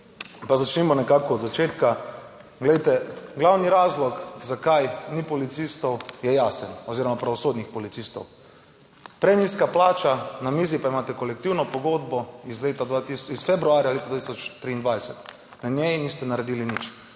Pa začnimo nekako od začetka, glejte, glavni razlog zakaj ni policistov, je jasen, oziroma pravosodnih policistov; prenizka plača, na mizi pa imate kolektivno pogodbo iz leta 2000..., iz februarja leta 2023. Na njej niste naredili nič.